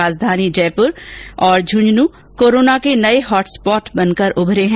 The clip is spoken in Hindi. राजधानी जयपुर और झुंझुनूं कोरोना के नये हॉट स्पॉट बनकर उभरे हैं